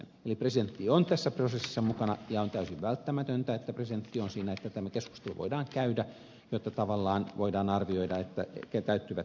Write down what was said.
eli presidentti on tässä prosessissa mukana ja on täysin välttämätöntä että presidentti on siinä jotta tämä keskustelu voidaan käydä ja jotta tavallaan voidaan arvioida täyttyvätkö nuo edellytykset